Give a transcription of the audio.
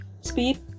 Speed